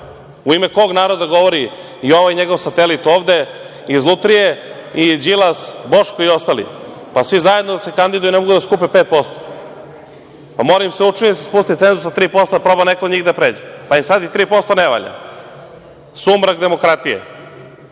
U ime kog naroda govori i ovaj njegov satelit ovde iz lutrije i Đilas, Boško i ostali? Pa, svi zajedno da se kandiduju, ne mogu da skupe 5%. Mora da im se učini da se spusti cenzus na 3%, da proba neko od njih da pređe. Pa im sada i 3% ne valja. Sumrak demokratije.